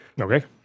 Okay